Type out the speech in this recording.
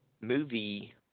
movie